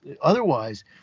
otherwise